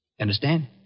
Understand